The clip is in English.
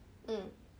um